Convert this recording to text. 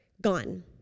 gone